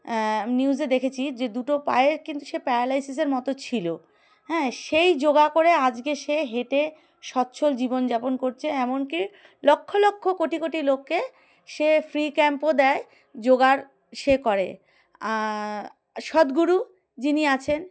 নিউজে দেখেছি যে দুটো পায়ে কিন্তু সে প্যারালাইসিসের মতো ছিলো হ্যাঁ সেই যোগা করে আজকে সে হেঁটে স্বচ্ছল জীবনযাপন করছে এমনকি লক্ষ লক্ষ কোটি কোটি লোককে সে ফ্রি ক্যাম্পও দেয় যোগা সে করে সদগুরু যিনি আছেন